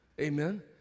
amen